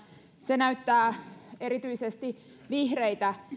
se näyttää erityisesti vihreitä